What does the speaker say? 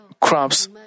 crops